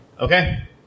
Okay